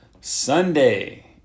Sunday